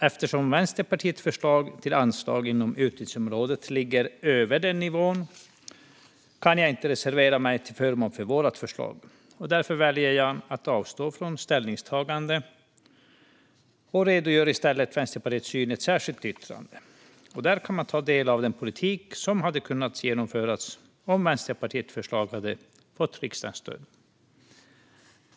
Eftersom Vänsterpartiets förslag till anslag inom utgiftsområdet ligger över denna nivå kan jag inte reservera mig till förmån för vårt förslag. Därför väljer jag att avstå från ställningstagande och redogör i stället för Vänsterpartiets syn i ett särskilt yttrande. Där kan man ta del av den politik som hade kunnat genomföras om Vänsterpartiets förslag hade fått riksdagens stöd.